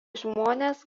žmonės